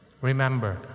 remember